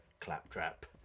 claptrap